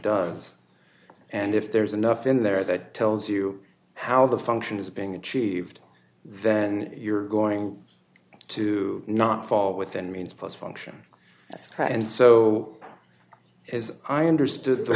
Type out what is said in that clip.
does and if there's enough in there that tells you how the function is being achieved then you're going to not fall within means pose function that's right and so as i understood the